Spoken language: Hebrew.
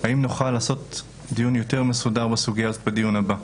האם נוכל לעשות דיון יותר מסודר בסוגיה ה זאת בדיון הבא?